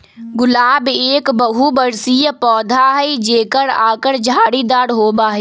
गुलाब एक बहुबर्षीय पौधा हई जेकर आकर झाड़ीदार होबा हई